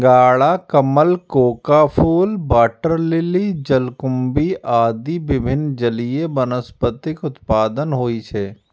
सिंघाड़ा, कमल, कोका फूल, वाटर लिली, जलकुंभी आदि विभिन्न जलीय वनस्पतिक उत्पादन होइ छै